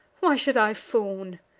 why should i fawn?